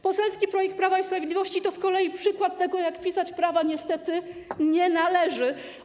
Poselski projekt Prawa i Sprawiedliwości to z kolei przykład tego, jak pisać prawa niestety nie należy.